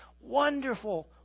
Wonderful